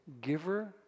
Giver